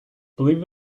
believe